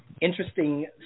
Interesting